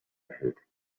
erhält